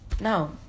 Now